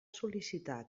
sol·licitar